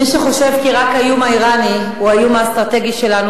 מי שחושב כי רק האיום האירני הוא האיום האסטרטגי שלנו,